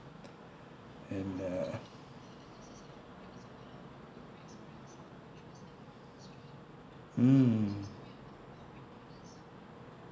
and uh mm